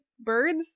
Birds